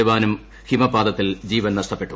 ജവാനും ഹിമപാതത്തിൽ ജീവൻ നഷ്ടപ്പെട്ടു